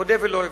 אודה ולא אבוש,